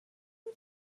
you